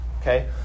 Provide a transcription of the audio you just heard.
Okay